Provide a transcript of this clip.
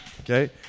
okay